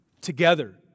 Together